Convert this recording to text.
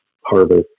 harvest